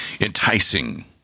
Enticing